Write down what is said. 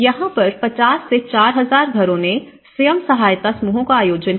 यहां पर 50 से 4000 घरों ने स्वयं सहायता समूहों का आयोजन किया